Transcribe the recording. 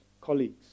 colleagues